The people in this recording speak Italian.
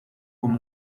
come